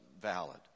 valid